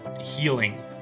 healing